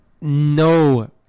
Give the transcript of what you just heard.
no